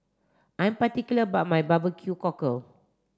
I'm particular about my barbecue cockle